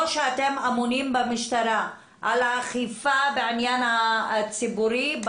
שאתם אמונים במשטרה על האכיפה בעניין הציבורי?